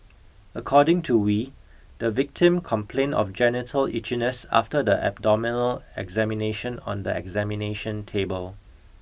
according to Wee the victim complained of genital itchiness after the abdominal examination on the examination table